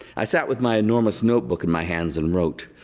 i sat with my enormous notebook in my hands and wrote.